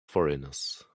foreigners